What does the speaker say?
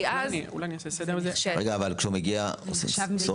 כי אז --- כשהוא מגיע עם מרשם סרוק